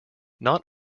not